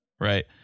Right